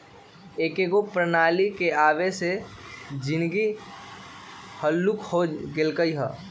एकेगो प्रणाली के आबे से जीनगी हल्लुक हो गेल हइ